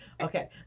Okay